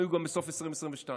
היו גם בסוף 2022,